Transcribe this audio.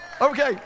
Okay